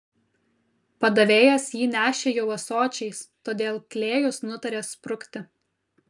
padavėjas jį nešė jau ąsočiais todėl klėjus nutarė sprukti